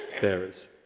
bearers